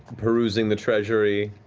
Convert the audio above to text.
perusing the treasury,